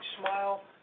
smile